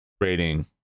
rating